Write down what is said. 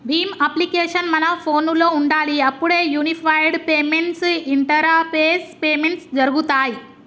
Bhim application మన ఫోనులో ఉండాలి అప్పుడే యూనిఫైడ్ పేమెంట్స్ ఇంటరపేస్ పేమెంట్స్ జరుగుతాయ్